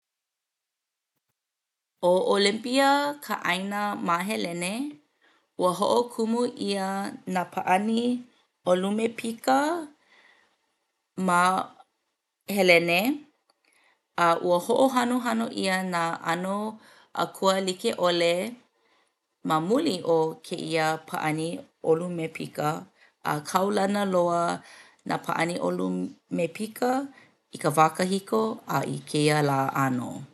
ʻO Olympia ka ʻāina ma Helene. Ua hoʻokumu ʻia nā pāʻani ʻolumepika ma Helene. A ua hoʻohanohano ʻia nā ʻano akua like ʻole ma muli o kēia pāʻani ʻolumepika a kaulana loa nā pāʻani ʻolumepika i ka wā kahiko a i kēia lā ʻānō.